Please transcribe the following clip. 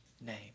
name